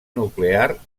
nuclear